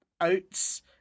oats